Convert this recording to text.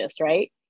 right